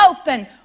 open